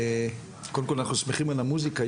קודם כל אנחנו שמחים על המוסיקה,